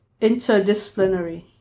interdisciplinary